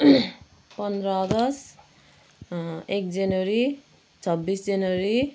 पन्ध्र अगस्त एक जनवरी छब्बिस जनवरी